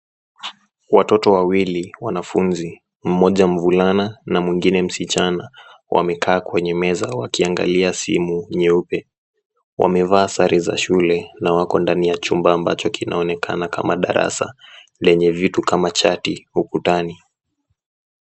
Watoto wawili wanafunzi, mmoja mvulana na mwingine msichana, wamekaa kwenye meza wakiangalia simu nyeupe. Wamevaa sare za shule na wako ndani ya chumba ambacho kinaonekana kama darasa lenye vitu kama chati ukutani.